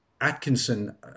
Atkinson